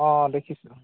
অঁ দেখিছোঁ